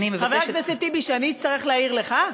אני מבקשת, חבר הכנסת טיבי, שאני אצטרך להעיר לך?